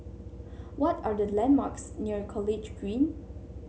what are the landmarks near College Green